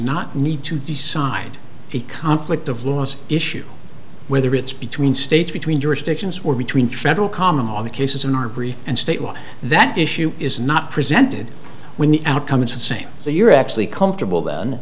not need to decide the conflict of laws issue whether it's between states between jurisdictions or between federal common law the cases in our brief and state law that issue is not presented when the outcome is the same so you're actually comfortable then